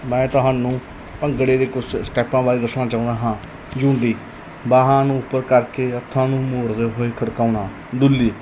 ਮੈਂ ਤੁਹਾਨੂੰ ਭੰਗੜੇ ਦੇ ਕੁਛ ਸਟੈਪਾਂ ਬਾਰੇ ਦੱਸਣਾ ਚਾਹੁੰਦਾ ਹਾਂ ਜੁੰਡੀ ਬਾਹਾਂ ਨੂੰ ਉੱਪਰ ਕਰਕੇ ਹੱਥਾਂ ਨੂੰ ਮੋੜਦੇ ਹੋਏ ਖੜਕਾਉਣਾ ਡੁੱਲੀ